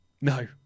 No